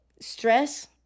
stress